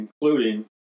including